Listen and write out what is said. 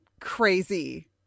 crazy